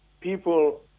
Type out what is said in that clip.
people